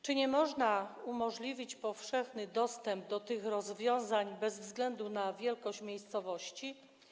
Czy nie można wprowadzić powszechnego dostępu do tych rozwiązań bez względu na wielkość miejscowości?